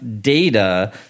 data